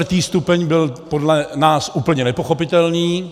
Čtvrtý stupeň byl podle nás úplně nepochopitelný.